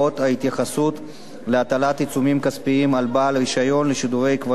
להטלת עיצומים כספיים על בעל רשיון לשידורי כבלים או שידורי לוויין,